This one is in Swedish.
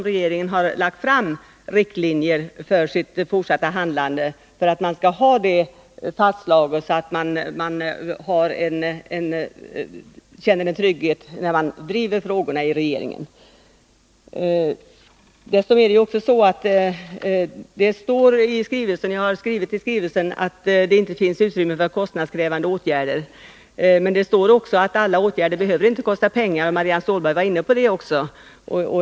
Regeringen har lagt fram riktlinjer för sitt fortsatta handlande, och det känns tryggt när man driver frågorna. Det står i den skrivelse jag har avgivit att det inte finns något utrymme för kostnadskrävande åtgärder, men det står också att alla åtgärder inte behöver kosta pengar. Marianne Stålberg var inne på detta också.